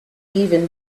even